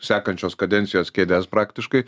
sekančios kadencijos kėdes praktiškai